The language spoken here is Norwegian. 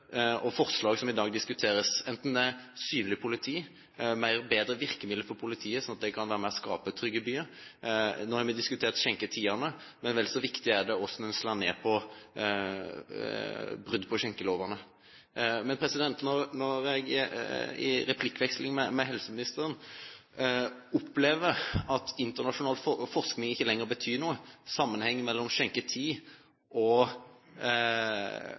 og forslag som i dag diskuteres, enten det er synlig politi eller bedre virkemidler for politiet sånn at de kan være med på å skape trygge byer. Nå har vi diskutert skjenketidene, men vel så viktig er det hvordan man slår ned på brudd på skjenkeloven. Når jeg i replikkvekslingen med helseministeren opplever at internasjonal forskning ikke lenger betyr noe, og heller ikke sammenhengen mellom åpningstid og